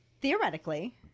theoretically